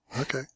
Okay